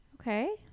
Okay